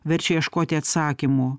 verčia ieškoti atsakymų